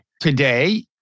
today